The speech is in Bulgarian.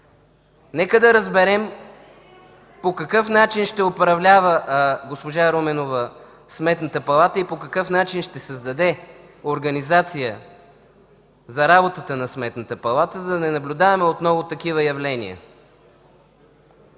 Нека да разберем по какъв начин ще управлява госпожа Руменова Сметната палата и по какъв начин ще създаде организация за работата на Сметната палата, за да не наблюдаваме отново такива явления.